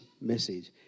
message